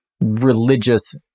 religious